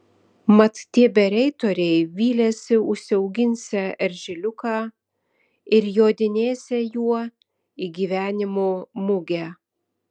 mat tie bereitoriai vylėsi užsiauginsią eržiliuką ir jodinėsią juo į gyvenimo mugę